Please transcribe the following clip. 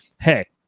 hey